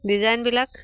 ডিজাইনবিলাক